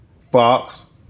Fox